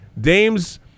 Dame's